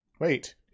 Wait